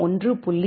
1